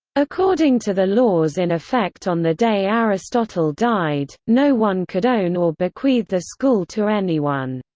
according to the laws in effect on the day aristotle died, no one could own or bequeath the school to anyone.